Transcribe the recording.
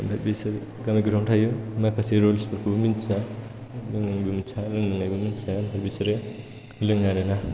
ओमफ्राय बिसोरो गामि गोथौआवनो थायो माखासे रुल्सफोरखौबो मिन्थिया मिन्थिया लोंनायबो मिन्थिया ओमफ्राय बिसोरो लोङो आरोना